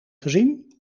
gezien